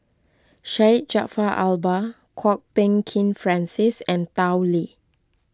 Syed Jaafar Albar Kwok Peng Kin Francis and Tao Li